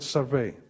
Survey